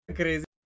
crazy